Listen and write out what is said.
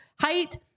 height